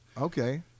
Okay